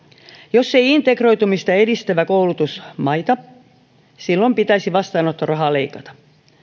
jos ei integroitumista edistävä koulutus maita silloin pitäisi vastaanottorahaa leikata